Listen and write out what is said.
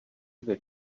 dvě